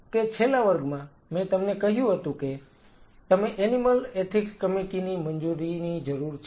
કે છેલ્લા વર્ગમાં મેં તમને કહ્યું હતું કે તમને એનિમલ એથીક્સ કમિટી ની મંજૂરીની જરૂર છે